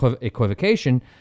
equivocation